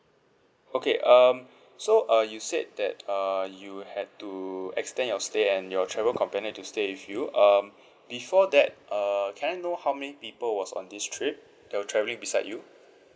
okay um so uh you said that uh you had to extend your stay and your travel companion to stay with you um before that uh can I know how many people was on this trip that were travelling beside you